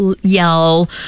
yell